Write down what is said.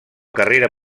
carrera